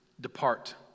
depart